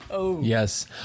Yes